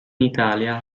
italia